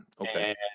Okay